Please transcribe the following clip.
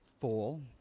full